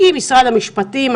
עם משרד המשפטים,